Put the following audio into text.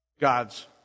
God's